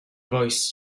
voice